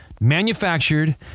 manufactured